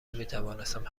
نمیتوانستم